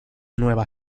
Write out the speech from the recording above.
nueva